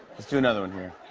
let's do another one here.